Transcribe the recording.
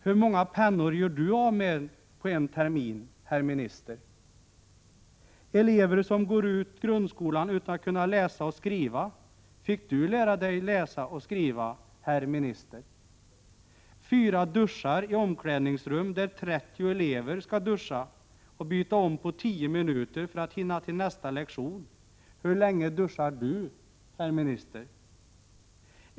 Hur många pennor gör du av med på en termin herr minister? + Elever som går ut grundskolan utan att kunna läsa och skriva. Fick du lära dig läsa och skriva herr minister? + Fyra duschar i omklädningsrum där trettio elever ska duscha och byta om på tio minuter för att hinna till nästa lektion. Hur länge duschar du herr minister?